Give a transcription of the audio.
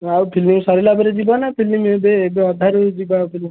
ଆଉ ଫିଲ୍ମ ସରିଲାପରେ ଯିବା ନା ଫିଲ୍ମ ଏବେ ଏବେ ଅଧାରୁ ଯିବା ଆଉ ଫିଲ୍ମ